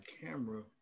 camera